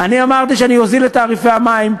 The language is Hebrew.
אני אמרתי שאני אוזיל את תעריפי המים,